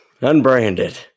Unbranded